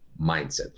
mindset